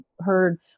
heard